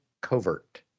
Covert